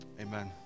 Amen